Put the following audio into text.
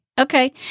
Okay